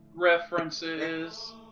References